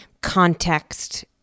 context